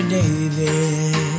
David